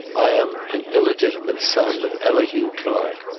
i am an illegitimate son of elihu clark.